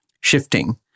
shifting